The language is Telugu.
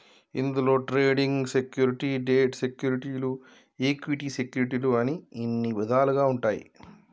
ఇందులో ట్రేడింగ్ సెక్యూరిటీ, డెట్ సెక్యూరిటీలు ఈక్విటీ సెక్యూరిటీలు అని ఇన్ని ఇదాలుగా ఉంటాయి